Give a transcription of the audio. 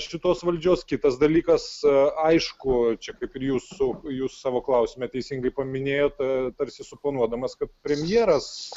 šitos valdžios kitas dalykas aišku čia kaip ir jūsų jūs savo klausime teisingai paminėjot tarsi suponuodamas kad premjeras